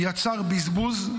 יצר בזבוז,